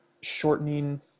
shortening